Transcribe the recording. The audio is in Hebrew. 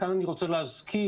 כאן, אני רוצה להזכיר.